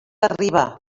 arriba